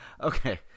Okay